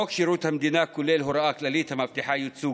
חוק שירות המדינה כולל הוראה כללית המבטיחה ייצוג